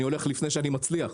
אני הולך לפני שאני מצליח.